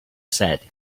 said